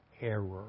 error